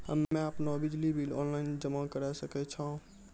हम्मे आपनौ बिजली बिल ऑनलाइन जमा करै सकै छौ?